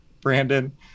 Brandon